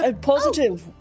positive